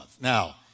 Now